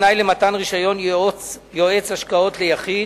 כתנאי למתן רשיון יועץ השקעות ליחיד.